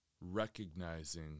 Recognizing